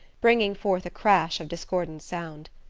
bringing forth a crash of discordant sound.